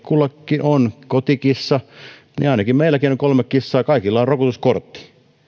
kullakin on kotikissa meilläkin on kolme kissaa ja kaikilla on rokotuskortti